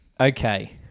Okay